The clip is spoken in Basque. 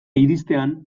iristean